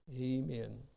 Amen